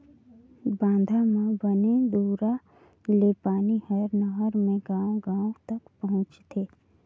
बांधा म बने दूरा ले पानी हर नहर मे गांव गांव तक पहुंचथे